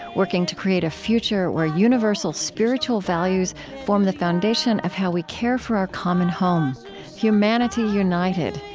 working to create a future where universal spiritual values form the foundation of how we care for our common home humanity united,